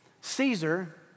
Caesar